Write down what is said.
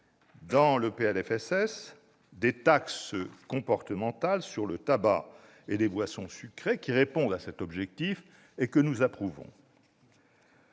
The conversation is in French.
sociale, des taxes comportementales sur le tabac et les boissons sucrées, qui répondent à cet objectif et que nous approuvons.